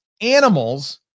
animals